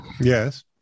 Yes